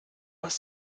was